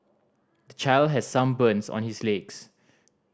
the child has some burns on his legs